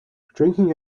drinking